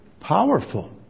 powerful